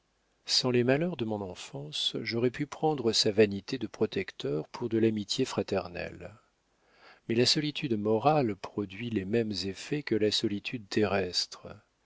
sans les malheurs de mon enfance j'aurais pu prendre sa vanité de protecteur pour de l'amitié fraternelle mais la solitude morale produit les mêmes effets que la solitude terrestre